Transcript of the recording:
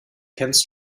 kennst